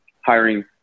hiring